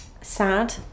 sad